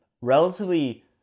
relatively